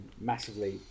massively